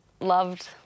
loved